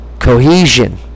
cohesion